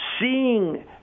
seeing